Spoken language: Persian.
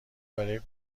برای